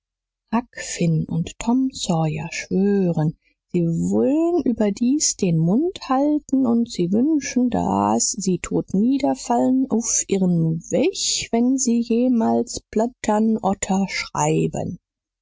finn und tom sawyer schwöhren sie wolen über dies den mund halten und sie wünschen dahs sie tot niederfallen auff ihren wech wenn sie jemalls plautern oter schreiben